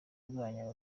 irwanya